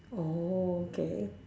oh okay